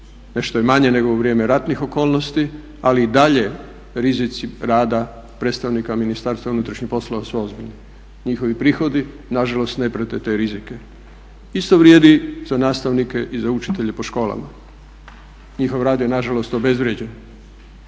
nešto je manje nego u vrijeme ratnih okolnosti, ali i dalje rizici rada predstavnika MUP-a su ozbiljni. Njihovi prihodi nažalost ne prate te rizike. Isto vrijedi za nastavnike i za učitelje po školama. Njihov rad je nažalost obezvrijeđen